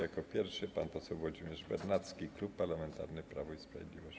Jako pierwszy pan poseł Włodzimierz Bernacki, Klub Parlamentarny Prawo i Sprawiedliwość.